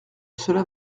cela